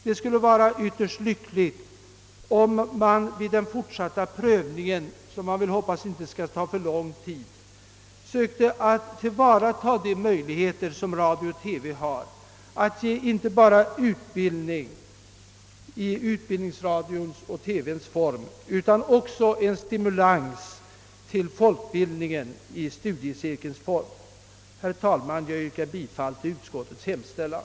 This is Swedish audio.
Det skulle vara lyckligt, om man vid den fortsatta prövningen av denna fråga, som man hoppas inte skall ta för lång tid, sökte tillvarata de möjligheter som radio och TV har att ge inte bara utbildning i utbildningsradions och TV:ns form utan också stimulans till folkbildningen i studiecirkelns form. Herr talman! Jag yrkar bifall till utskottets hemställan.